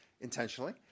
intentionally